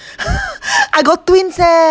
I got twins eh